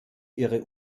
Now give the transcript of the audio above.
ihre